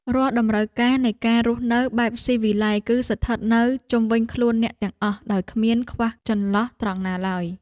រាល់តម្រូវការនៃការរស់នៅបែបស៊ីវិល័យគឺស្ថិតនៅជុំវិញខ្លួនអ្នកទាំងអស់ដោយគ្មានខ្វះចន្លោះត្រង់ណាឡើយ។